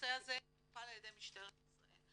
הנושא טופל על ידי משטרת ישראל.